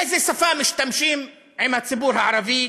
באיזו שפה משתמשים עם הציבור הערבי,